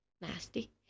nasty